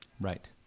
right